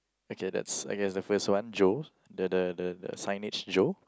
okay that's okay it's the first one Joe the the the the signage Joe